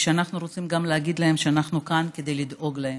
ואנחנו רוצים להגיד להם שאנחנו כאן כדי לדאוג להם.